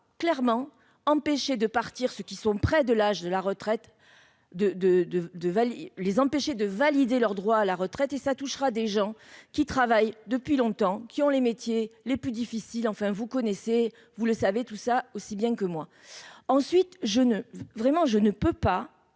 clairement empêché de partir ceux qui sont près de l'âge de la retraite de, de, de, de les empêcher de valider leurs droits à la retraite et ça touchera des gens qui travaillent depuis longtemps, qui ont les métiers les plus difficiles, enfin vous connaissez vous le savez, tout ça aussi bien que moi, ensuite je ne vraiment je ne peux pas,